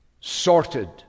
sorted